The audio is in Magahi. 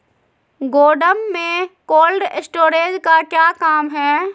गोडम में कोल्ड स्टोरेज का क्या काम है?